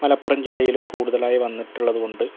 മലപ്പുറം ജില്ലയിലും കൂടുതലായി വന്നിട്ടുള്ളത് കൊണ്ട്